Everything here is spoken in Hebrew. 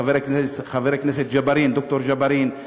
חבר הכנסת ד"ר ג'בארין,